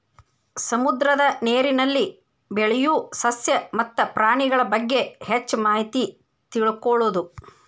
ಸಮುದ್ರದ ನೇರಿನಲ್ಲಿ ಬೆಳಿಯು ಸಸ್ಯ ಮತ್ತ ಪ್ರಾಣಿಗಳಬಗ್ಗೆ ಹೆಚ್ಚ ಮಾಹಿತಿ ತಿಳಕೊಳುದು